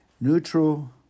Neutral